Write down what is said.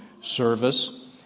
service